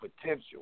potential